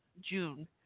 June